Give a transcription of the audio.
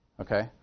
Okay